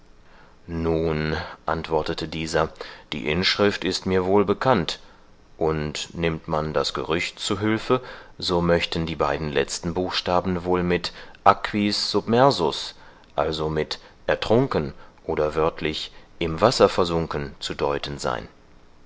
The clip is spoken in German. nun erwiderte dieser die inschrift ist mir wohl bekannt und nimmt man das gerücht zu hülfe so möchten die beiden letzten buchstaben wohl mit aquis submersus also mit ertrunken oder wörtlich im wasser versunken zu deuten sein